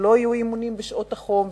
שלא יהיו אימונים בשעות החום,